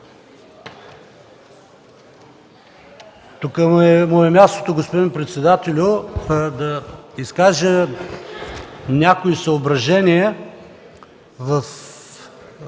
Тук му е мястото, господин председателю, да изкажа някои съображения в